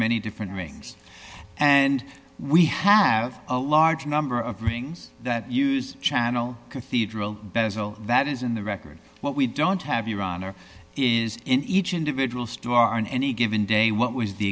many different meanings and we have a large number of rings that use channel cathedral bezel that is in the record what we don't have your honor is in each individual store on any given day what was the